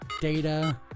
Data